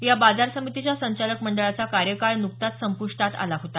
या बाजार समितीच्या संचालक मंडळाचा कार्यकाळ नुकताचा संप्रष्टात आला होता